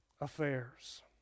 affairs